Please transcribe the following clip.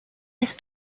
has